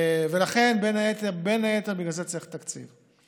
ולכן בין היתר בגלל זה צריך תקציב.